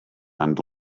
and